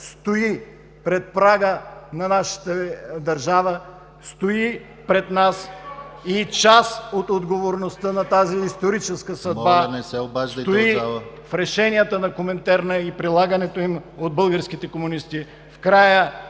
стои пред прага на нашата държава, стои пред нас и част от отговорността за тази историческа съдба, стои в решенията на Коминтерна и прилагането им от българските комунисти в края